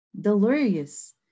delirious